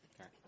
Okay